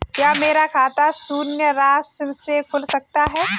क्या मेरा खाता शून्य राशि से खुल सकता है?